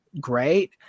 great